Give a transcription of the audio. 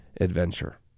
adventure